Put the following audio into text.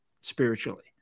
spiritually